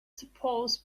suppose